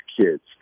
kids